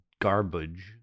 garbage